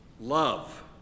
Love